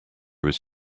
was